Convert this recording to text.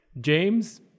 James